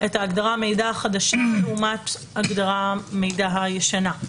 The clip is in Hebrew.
את ההגדרה החדשה של "מידע" לעומת הגדרת "מידע" הישנה.